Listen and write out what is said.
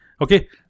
okay